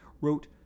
wrote